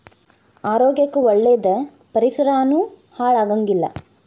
ಆರೋಗ್ಯ ಕ್ಕ ಒಳ್ಳೇದ ಪರಿಸರಾನು ಹಾಳ ಆಗಂಗಿಲ್ಲಾ